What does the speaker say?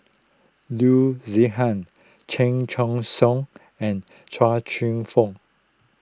Loo Zihan Chan Choy Siong and Chia Cheong Fook